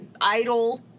idle